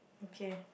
okay